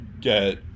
get